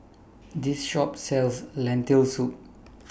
This Shop sells Lentil Soup